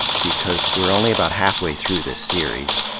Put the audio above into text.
because we're only about halfway through this series.